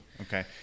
okay